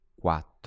quattro